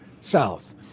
south